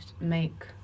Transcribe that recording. make